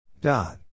dot